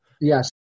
Yes